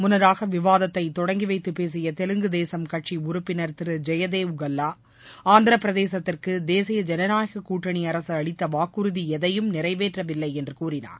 முன்னதாக விவாதத்தை தொடங்கிவைத்து பேசிய தெலுங்கு தேசம் கட்சி உறுப்பினர் திரு ஜெயதேவ் கல்லா ஆந்திரப்பிரதேசத்திற்கு தேசிய ஜனநாயக கூட்டணி அரசு அளித்த வாக்குறதி எதையும் நிறைவேற்றவில்லை என்று கூறினார்